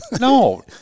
no